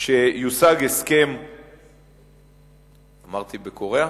שיושג הסכם, אמרתי בקוריאה?